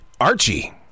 Archie